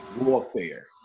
warfare